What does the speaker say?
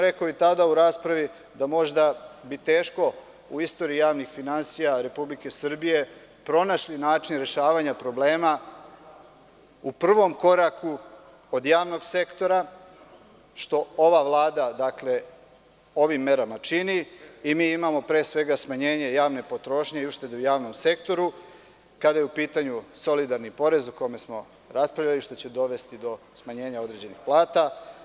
Rekao sam i tada u raspravi, da možda bi teško u istoriji javnih finansija Republike Srbije pronašli način rešavanja problema u prvom koraku od javnog sektora, što ova Vlada ovim merama čini, i mi imamo pre svega smanjenje javne potrošnje i uštedu u javnom sektoru kada je u pitanju solidarni porez, o kome smo raspravljali, što će dovesti do smanjenja određenih plata.